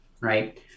Right